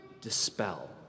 dispel